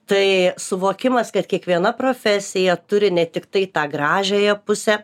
tai suvokimas kad kiekviena profesija turi ne tiktai tą gražiąją pusę